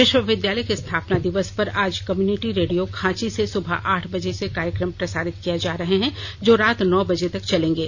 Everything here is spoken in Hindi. विश्वविद्यालय के स्थापना दिवस पर आज कम्युनिटी रेडियो खांची से सुबह आठ बजे से कार्यकम प्रसारित किये जा रहे हैं जो रात नौ बजे तक चलेंगे